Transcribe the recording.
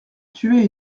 tuer